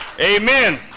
amen